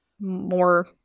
more